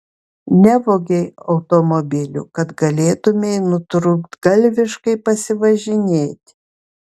nevogei automobilių kad galėtumei nutrūktgalviškai pasivažinėti